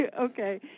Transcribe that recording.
okay